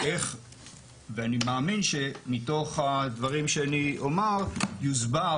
ואני מאמין שמתוך הדברים שאני אומר יוסבר